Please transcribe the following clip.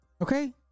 Okay